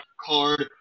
card